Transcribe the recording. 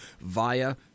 via